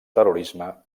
terrorisme